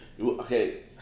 Okay